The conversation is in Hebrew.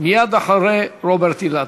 תחושה קשה אצל התושבים.